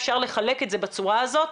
אפשר לחלק את זה בצורה הזאת,